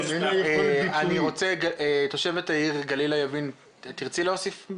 גלילה יבין תושבת העיר תרצי להוסיף?